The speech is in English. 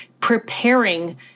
preparing